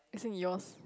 is it yours